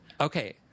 okay